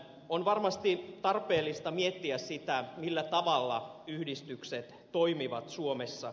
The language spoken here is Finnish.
on varmasti tarpeellista miettiä sitä millä tavalla yhdistykset toimivat suomessa